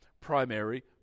primary